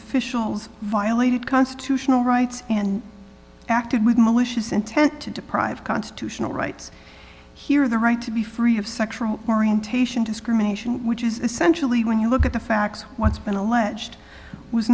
officials violated constitutional rights and acted with malicious intent to deprive constitutional rights here of the right to be free of sexual orientation discrimination which is essentially when you look at the facts what's been alleged was